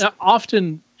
often